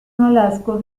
nolasco